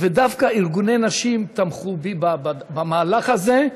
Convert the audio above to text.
ודווקא ארגוני נשים תמכו בי במהלך הזה.